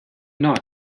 not